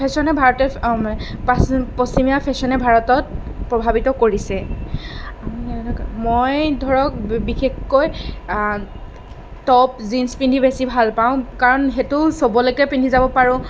ফেশ্ৱনে ভাৰতীয় পশ্চিমীয়া ফেশ্ৱনে ভাৰতত প্ৰভাৱিত কৰিছে মই ধৰক বিশেষকৈ টপ জীন্ছ পিন্ধি বেছি ভাল পাওঁ কাৰণ সেইটো চবলৈকে পিন্ধি যাব পাৰোঁ